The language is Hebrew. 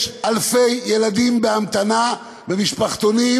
יש אלפי ילדים בהמתנה למשפחתונים,